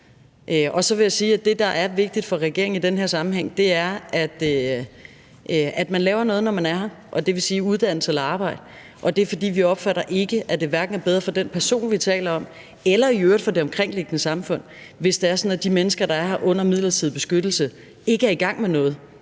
det, der er vigtigt for regeringen i den her sammenhæng, er, at man laver noget, når man er her, og det vil sige, at man uddanner sig eller arbejder, og det er, fordi vi ikke opfatter det sådan, at det er bedre for de personer, vi taler om, eller i øvrigt for det omkringliggende samfund, hvis det er sådan, at de mennesker, der er her under midlertidig beskyttelse, ikke er i gang med noget.